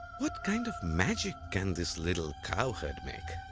what kind of magic can this little cow herd make?